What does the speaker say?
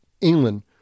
England